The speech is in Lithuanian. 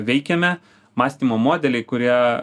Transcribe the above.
veikiame mąstymo modeliai kurie